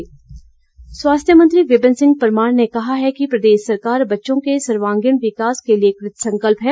विपिन परमार स्वास्थ्य मंत्री विपिन सिंह परमार ने कहा है कि प्रदेश सरकार बच्चों के सर्वागीण विकास के लिए कृतसंकल्प है